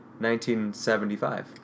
1975